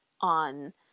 on